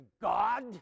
God